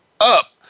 up